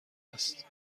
است